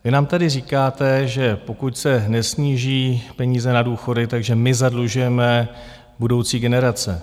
Vy nám tedy říkáte, že pokud se nesníží peníze na důchody, takže my zadlužujeme budoucí generace.